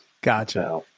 gotcha